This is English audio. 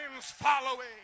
following